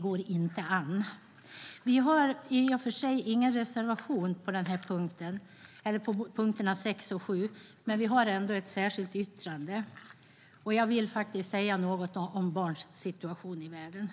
går inte an. Vi har i och för sig ingen reservation under punkterna 6 och 7, men vi har ändå ett särskilt yttrande, och jag vill säga något om barns situation i världen.